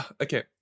okay